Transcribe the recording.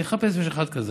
תחפש אם יש אחד כזה.